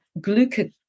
glucose